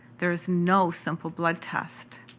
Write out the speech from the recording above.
there is no simple blood test.